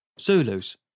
Zulus